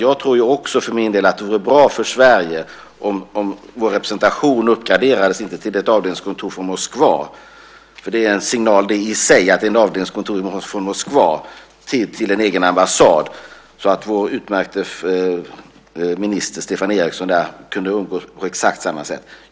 Jag tror också, för min del, att det vore bra för Sverige om vår representation uppgraderades från att vara ett avdelningskontor från Moskva - det är en signal i sig att det är just ett avdelningskontor från Moskva - till att vara en egen ambassad, så att vår utmärkte minister där, Stefan Eriksson, kunde umgås på exakt samma sätt.